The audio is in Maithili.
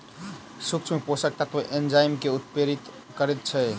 सूक्ष्म पोषक तत्व एंजाइम के उत्प्रेरित करैत छै